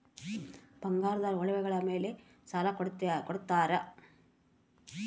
ಬಂಗಾರದ ಒಡವೆಗಳ ಮೇಲೆ ಸಾಲ ಕೊಡುತ್ತೇರಾ?